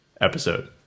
episode